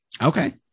Okay